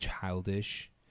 childish